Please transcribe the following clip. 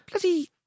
Bloody